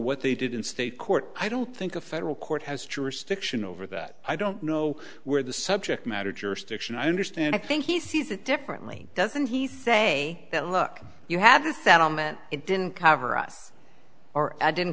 what they did in state court i don't think a federal court has jurisdiction over that i don't know where the subject matter jurisdiction understand i think he sees it differently doesn't he say that look you have this and i meant it didn't cover us or i didn't